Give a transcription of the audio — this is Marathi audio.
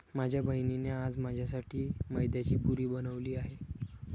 माझ्या बहिणीने आज माझ्यासाठी मैद्याची पुरी बनवली आहे